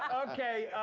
ok,